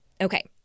Okay